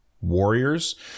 Warriors